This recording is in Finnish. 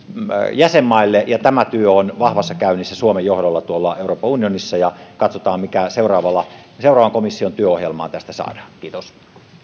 jäsenmaille ja tämä työ on vahvassa käynnissä suomen johdolla tuolla euroopan unionissa ja katsotaan mikä tästä saadaan seuraavan komission työohjelmaan kiitos